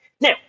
Now